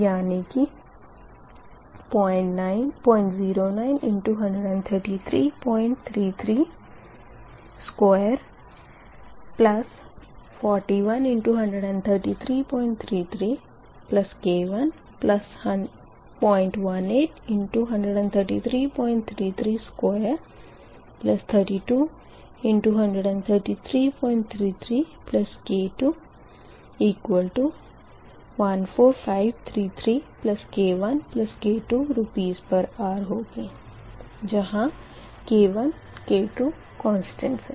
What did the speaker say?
यानी कि 009×13333241×13333 K1018×13333232×13333K214533K1K2 Rshrहोगी जहाँ K1K2 कोनसटेंट है